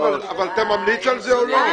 אבל אתה ממליץ על זה או לא?